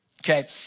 okay